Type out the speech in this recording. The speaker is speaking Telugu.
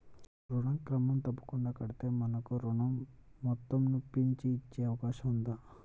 ఋణం క్రమం తప్పకుండా కడితే మాకు ఋణం మొత్తంను పెంచి ఇచ్చే అవకాశం ఉందా?